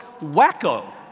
wacko